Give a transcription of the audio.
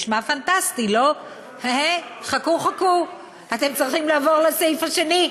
4ב. סעיף 6,